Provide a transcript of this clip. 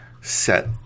set